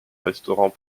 restaurant